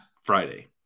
Friday